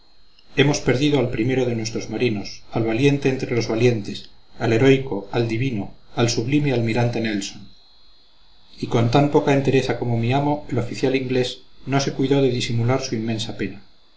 hemos perdido al primero de nuestros marinos al valiente entre los valientes al heroico al divino al sublime almirante nelson y con tan poca entereza como mi amo el oficial inglés no se cuidó de disimular su inmensa pena